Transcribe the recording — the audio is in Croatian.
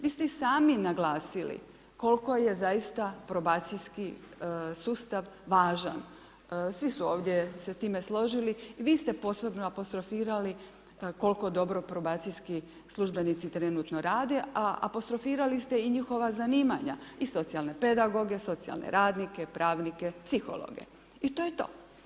Vi ste i sami naglasili koliko je zaista probacijski sustav važan, svi su ovdje se s time složili, vi ste posebno apostrofirali koliko dobro probacijski službenici trenutno rade, a apostrofirali ste i njihova zanimanja i socijalne pedagoge, socijalne radnike, pravnike, psihologe i to je to.